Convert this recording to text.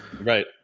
Right